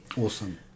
Awesome